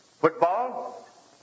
Football